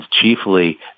chiefly